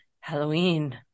halloween